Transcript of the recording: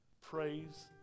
Praise